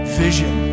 vision